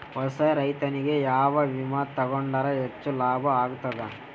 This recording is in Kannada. ಹೊಸಾ ರೈತನಿಗೆ ಯಾವ ವಿಮಾ ತೊಗೊಂಡರ ಹೆಚ್ಚು ಲಾಭ ಆಗತದ?